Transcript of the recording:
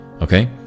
Okay